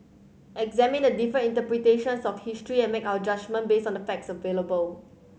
examine the different interpretations of history and make our judgement based on the facts available